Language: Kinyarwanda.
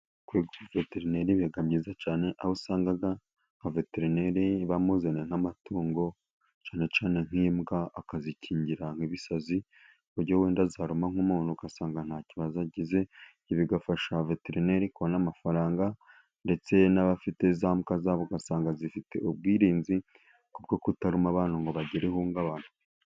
Kuba veterineri biba byiza cyane aho usanga nk'aveterineri bamuzanira n'amatungo cyane cyane nk'imbwa akazikingira nk'ibisazi ku buryo wenda zaruma nk'umuntu ugasanga nta kibazo agize. Bigafasha veterineri kubona amafaranga ndetse n'abafite za mbwa zabo ugasanga zifite ubwirinzi ku bwo kutaruma abantu ngo bagire ihungabana.